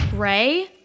Ray